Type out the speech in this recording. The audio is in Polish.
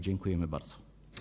Dziękujemy bardzo.